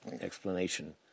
explanation